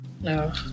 no